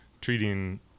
treating